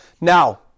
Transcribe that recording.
Now